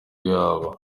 yaba